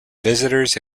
visitors